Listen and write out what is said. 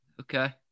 Okay